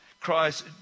Christ